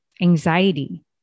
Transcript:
anxiety